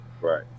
right